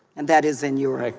and that is in your act